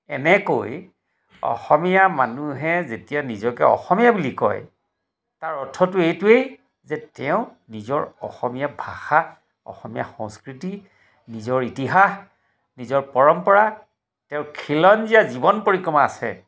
এনেকৈ অসমীয়া মানুহে যেতিয়া নিজকে অসমীয়া বুলি কয় তাৰ অৰ্থটো এইটোৱেই যে তেওঁ নিজৰ অসমীয়া ভাষা অসমীয়া সংস্কৃতি নিজৰ ইতিহাস নিজৰ পৰম্পৰা তেওঁৰ খিলঞ্জীয়া জীৱন পৰিক্ৰমা আছে